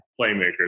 playmakers